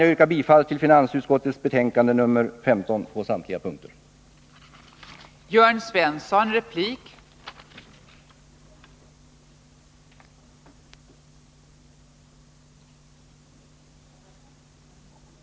Jag yrkar på samtliga punkter bifall till hemställan i finansutskottets betänkande nr 15.